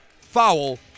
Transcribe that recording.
foul